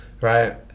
right